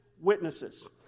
witnesses